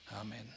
Amen